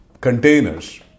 containers